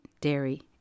dairy